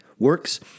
Works